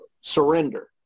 surrender